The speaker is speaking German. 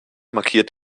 markiert